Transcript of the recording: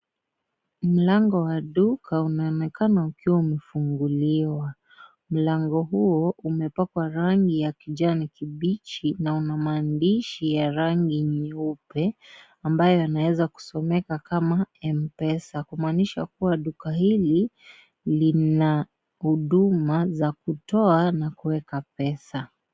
Mlango wa duka unaonekana ukiwa umefunguliwa. Mlango huo umepakwa rangi ya kijani kibichi na una maandishi ya rangi nyeupe ambayo yanaweza kusomeka kama Mpesa; kumaanisha kuwa duka hili, lina huduma za kutoa na kuweka pesa.